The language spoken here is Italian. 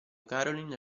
caroline